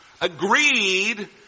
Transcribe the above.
agreed